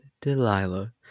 Delilah